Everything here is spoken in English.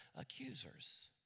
accusers